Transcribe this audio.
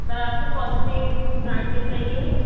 سر آپ کو کون سے برانڈ کے چاہیے یہ